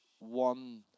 one